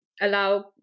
allow